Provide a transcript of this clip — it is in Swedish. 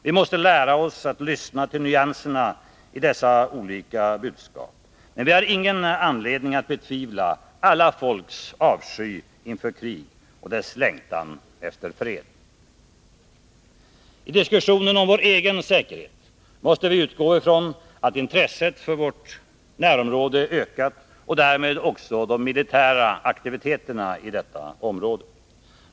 Vi måste lära oss att lyssna till nyanserna i dessa olika budskap, men vi har ingen anledning att betvivla alla folks avsky inför krig och deras längtan efter fred. I diskussionen om vår egen säkerhet måste vi utgå från att intresset för vårt närområde har ökat, och därmed också de militära aktiviteterna i detta område.